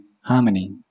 harmony